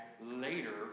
later